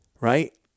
Right